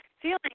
feeling